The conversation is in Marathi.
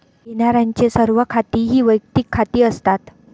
घेण्यारांचे सर्व खाती ही वैयक्तिक खाती असतात